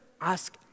ask